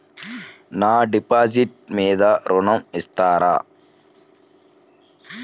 నా డిపాజిట్ మీద ఋణం ఇస్తారా?